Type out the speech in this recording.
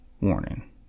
warning